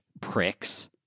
pricks